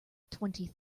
twenty